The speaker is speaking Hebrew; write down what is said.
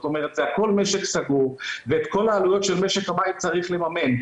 זה הכול משק סגור ואת כל העלויות של משק המים צריך לממן,